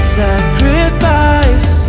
sacrifice